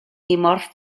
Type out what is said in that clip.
dimorf